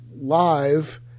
live